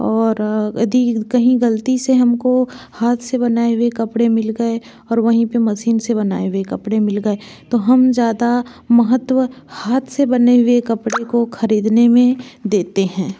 और यदि कहीं गलती से हमको हाथ से बनाए हुए कपड़े मिल गए और वहीं पर मसीन से बनाए हुए कपड़े मिल गए तो हम ज़्यादा महत्व हाथ से बने हुए कपड़ों को खरीदने में देते हैं